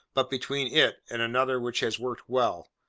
but between it and another which has worked well,